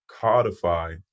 codify